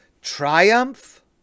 triumph